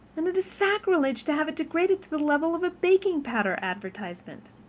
and it is sacrilege to have it degraded to the level of a baking powder advertisement.